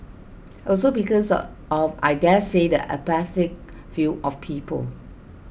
also because of I daresay the apathetic view of people